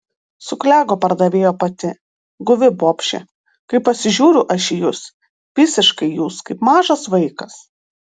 suklego pardavėjo pati guvi bobšė kai pasižiūriu aš į jus visiškai jūs kaip mažas vaikas